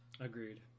Agreed